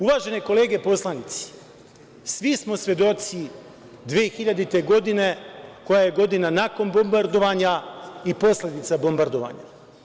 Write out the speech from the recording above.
Uvažene kolege poslanici, svi smo svedoci 2000. godine, koja je godina nakon bombardovanja, i posledica bombardovanja.